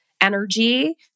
energy